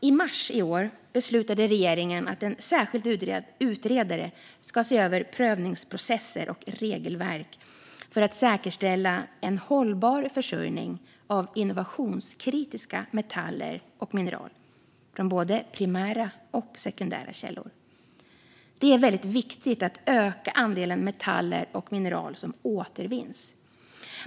I mars i år beslutade regeringen att en särskild utredare ska se över prövningsprocesser och regelverk för att säkerställa en hållbar försörjning av innovationskritiska metaller och mineral från både primära och sekundära källor. Det är väldigt viktigt att öka andelen metaller och mineral som återvinns.